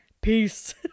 peace